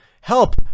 Help